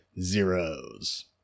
Zeros